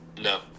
no